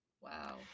wow